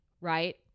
right